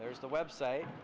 there's the web site